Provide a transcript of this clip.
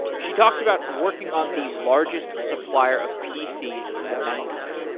she talks about working on the largest supplier of pcs in the ninety s.